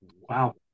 wow